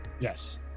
Yes